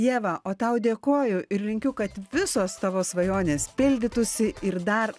ieva o tau dėkoju ir linkiu kad visos tavo svajonės pildytųsi ir dar